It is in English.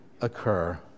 occur